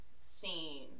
scene